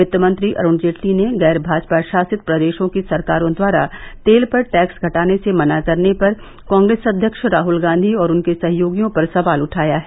वित्त मंत्री अरुण जेटली ने गैर भाजपा शासित प्रदेशों की सरकारों द्वारा तेल पर टैक्स घटाने से मना करने पर कांग्रेस अध्यक्ष राहुल गांधी और उनके सहयोगियों पर सवाल उठाया है